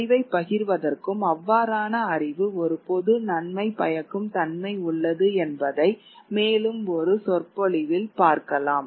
அறிவைப் பகிர்வதற்கும் அவ்வாறான அறிவு ஒரு பொது நன்மை பயக்கும் தன்மை உள்ளது என்பதை மேலும் ஒரு சொற்பொழிவில் பார்க்கலாம்